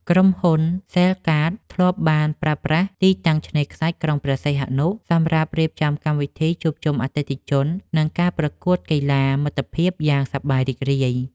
ក្រុមហ៊ុនសែលកាតធ្លាប់បានប្រើប្រាស់ទីតាំងឆ្នេរខ្សាច់ក្រុងព្រះសីហនុសម្រាប់រៀបចំកម្មវិធីជួបជុំអតិថិជន និង ការប្រកួតកីឡាមិត្តភាពយ៉ាងសប្បាយរីករាយ។